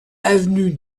avenue